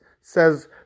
says